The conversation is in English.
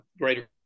greater